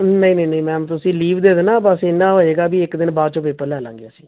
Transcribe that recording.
ਨਹੀਂ ਨਹੀਂ ਨਹੀਂ ਮੈਮ ਤੁਸੀਂ ਲੀਵ ਦੇ ਦੇਣਾ ਬਸ ਇੰਨਾ ਹੋ ਜਾਏਗਾ ਵੀ ਇੱਕ ਦਿਨ ਬਾਅਦ 'ਚੋ ਪੇਪਰ ਲੈ ਲਾਂਗੇ ਅਸੀਂ